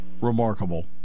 remarkable